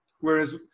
whereas